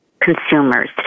consumers